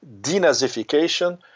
denazification